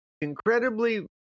incredibly